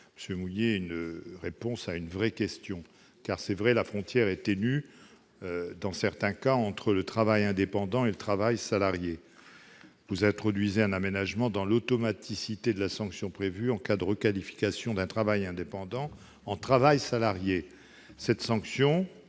d'apporter une réponse à une vraie question. La frontière est effectivement ténue, dans certains cas, entre travail indépendant et travail salarié. Vous souhaitez introduire un aménagement dans l'automaticité de la sanction prévue en cas de requalification d'un travail indépendant en travail salarié. Cette sanction,